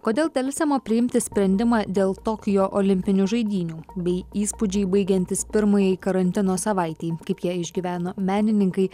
kodėl delsiama priimti sprendimą dėl tokijo olimpinių žaidynių bei įspūdžiai baigiantis pirmajai karantino savaitei kaip ją išgyveno menininkai